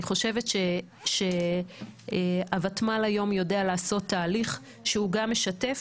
אני חושבת שהותמ"ל יודע לעשות תהליך שהוא גם משתף,